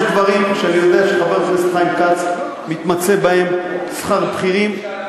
יש דברים שאני יודע שחבר הכנסת חיים כץ מתמצא בהם: שכר בכירים,